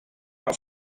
una